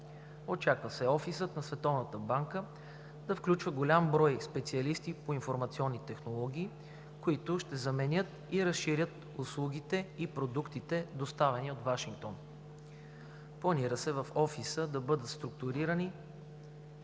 Очаква се офисът на Световната банка да включва голям брой специалисти по информационни технологии, които ще заменят и разширят услугите и продуктите, доставяни от Вашингтон. Планира се в офиса да бъдат структурирани